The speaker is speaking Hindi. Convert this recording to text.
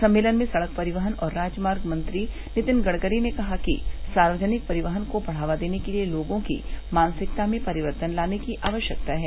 सम्मेलन में सडक परिवहन और राजमार्ग मंत्री नितिन गड़करी ने कहा कि सार्वजनिक परिवहन को बढावा देने के लिए लोगों की मानसिकता में परिवर्तन लाने की आवश्यकता है